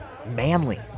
Manly